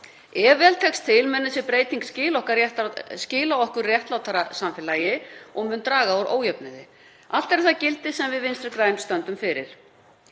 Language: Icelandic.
Ef vel tekst til mun þessi breyting skila okkur réttlátara samfélagi og draga úr ójöfnuði. Allt eru það gildi sem við Vinstri græn stöndum fyrir.